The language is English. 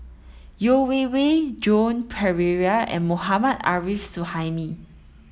Yeo Wei Wei Joan Pereira and Mohammad Arif Suhaimi